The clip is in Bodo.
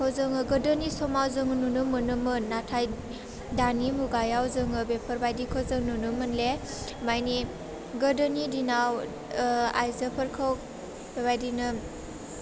खौ जोङो गोदोनि समाव जों नुनो मोनोमोन नाथाय दानि मुगायाव जोङो बेफोरबायदिखौ जों नुनो मोनले मायनि गोदोनि दिनाव आइजोफोरखौ बेबायदिनो